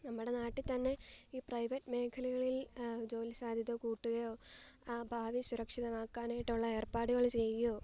നമ്മുടെ നാട്ടിൽത്തന്നെ ഈ പ്രൈവറ്റ് മേഖലകളിൽ ജോലി സാദ്ധ്യത കൂട്ടുകയോ ആ ഭാവി സുരക്ഷിതമാക്കാനായിട്ടുള്ള ഏർപ്പാടുകൾ ചെയ്യുകയോ